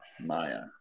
Maya